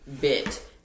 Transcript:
bit